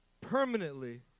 permanently